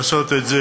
לעשות את זה,